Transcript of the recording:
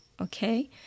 okay